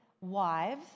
wives